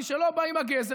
מי שלא בא עם הגזר,